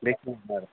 बे फैगोन आरो